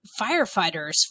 firefighters